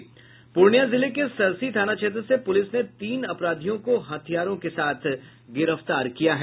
पूर्णियां जिले के सरसी थाना क्षेत्र से पुलिस ने तीन अपराधियों को हथियार के साथ गिरफ्तार किया है